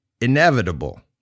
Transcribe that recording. inevitable